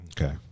Okay